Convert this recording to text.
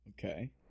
Okay